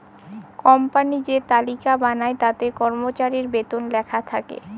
company যে তালিকা বানায় তাতে কর্মচারীর বেতন লেখা থাকে